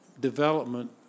development